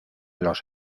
los